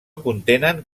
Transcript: contenen